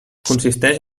consisteix